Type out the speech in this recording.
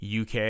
UK